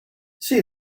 see